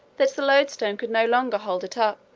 that the loadstone could no longer hold it up,